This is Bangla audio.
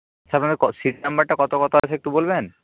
আপনার সিট নাম্বারটা কত কত আছে একটু বলবেন